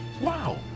Wow